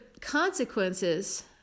consequences